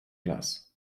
las